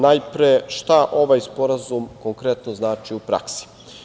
Najpre, šta ovaj sporazum konkretno znači u praksi?